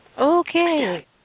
Okay